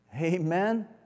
Amen